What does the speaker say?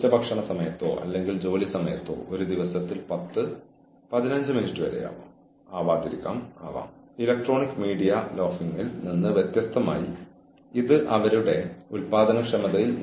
ഉയർന്ന നിലയിലെത്തുമ്പോൾ ജോലി ആവശ്യകതകളെ സംബന്ധിച്ച വ്യക്തതയുടെ അഭാവം കുറയും